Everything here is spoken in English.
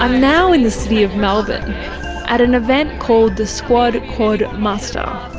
and now in the city of melbourne at an event called the squad quad muster.